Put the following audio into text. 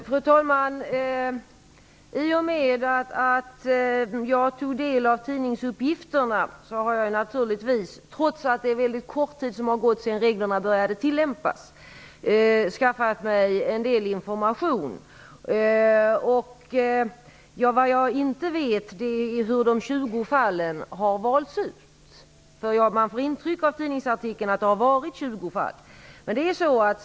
Fru talman! Efter att jag hade tagit del av dessa tidningsuppgifter skaffade jag naturligtvis en del information -- trots att det inte har gått så lång tid sedan reglerna började tillämpas. Vad jag inte vet är hur de 20 fallen har valts ut -- av tidningsartikeln får man alltså intryck av att 20 fall har prövats.